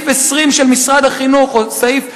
סעיף 2138,